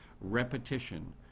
repetition